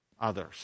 others